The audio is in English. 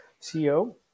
CEO